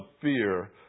fear